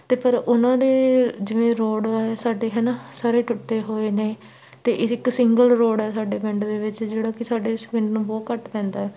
ਅਤੇ ਪਰ ਉਹਨਾਂ ਦੇ ਜਿਵੇਂ ਰੋਡ ਆ ਸਾਡੇ ਹੈ ਨਾ ਸਾਰੇ ਟੁੱਟੇ ਹੋਏ ਨੇ ਅਤੇ ਇੱਕ ਸਿੰਗਲ ਰੋਡ ਹੈ ਸਾਡੇ ਪਿੰਡ ਦੇ ਵਿੱਚ ਜਿਹੜਾ ਕਿ ਸਾਡੇ ਇਸ ਪਿੰਡ ਨੂੰ ਬਹੁਤ ਘੱਟ ਪੈਂਦਾ